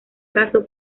caso